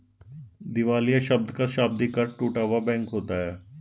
दिवालिया शब्द का शाब्दिक अर्थ टूटा हुआ बैंक होता है